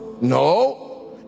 No